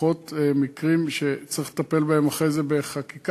ופחות מקרים שצריך לטפל בהם אחרי זה בחקיקה,